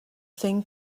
thing